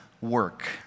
work